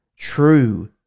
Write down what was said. True